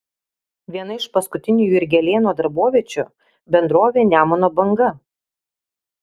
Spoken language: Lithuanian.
viena iš paskutinių jurgelėno darboviečių bendrovė nemuno banga